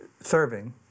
serving